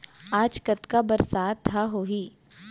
आज कतका बरसात ह होही?